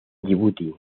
yibuti